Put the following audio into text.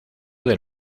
del